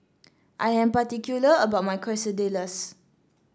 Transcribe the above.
I am particular about my Quesadillas